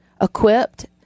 equipped